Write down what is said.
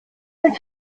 mit